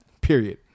period